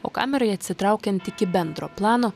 o kamerai atsitraukiant iki bendro plano